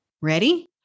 Ready